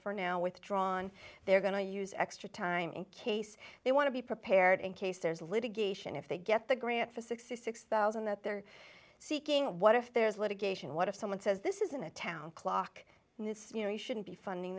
for now withdrawn they're going to use extra time in case they want to be prepared in case there's litigation if they get the grant for sixty six thousand dollars that they're seeking what if there's litigation what if someone says this isn't a town clock you know you shouldn't be funding